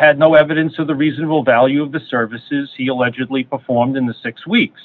had no evidence of the reasonable value of the services he allegedly performed in the six weeks